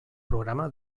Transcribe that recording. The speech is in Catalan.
programa